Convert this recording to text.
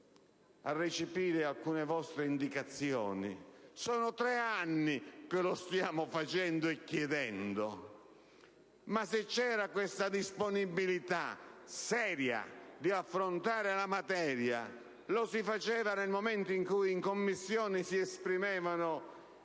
a recepire alcune vostre indicazioni. Sono tre anni che lo stiamo facendo e chiedendo! Se ci fosse stata questa disponibilità seria ad affrontare la materia, lo si sarebbe fatto nel momento in cui in Commissione si esprimevano